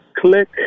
click